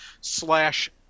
slash